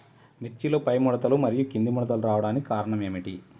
మిర్చిలో పైముడతలు మరియు క్రింది ముడతలు రావడానికి కారణం ఏమిటి?